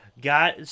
Got